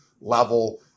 level